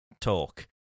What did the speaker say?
talk